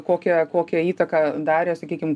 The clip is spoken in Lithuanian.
kokią kokią įtaką darė sakykim